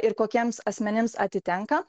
ir kokiems asmenims atitenka